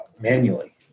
manually